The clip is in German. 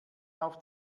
auf